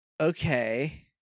Okay